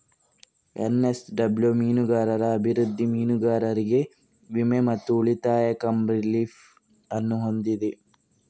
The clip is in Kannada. ಎನ್.ಎಸ್.ಡಬ್ಲ್ಯೂ ಮೀನುಗಾರರ ಅಭಿವೃದ್ಧಿ, ಮೀನುಗಾರರಿಗೆ ವಿಮೆ ಮತ್ತು ಉಳಿತಾಯ ಕಮ್ ರಿಲೀಫ್ ಅನ್ನು ಹೊಂದಿದೆ